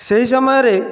ସେହି ସମୟରେ